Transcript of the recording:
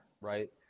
Right